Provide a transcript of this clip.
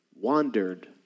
wandered